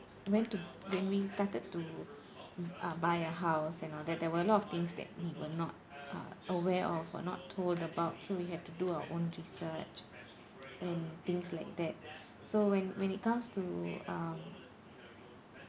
went to when we started to uh buy a house and all that there were a lot of things that we were not uh aware of are not told about so we have to do our own research and things like that so when when it comes to um